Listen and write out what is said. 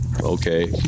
okay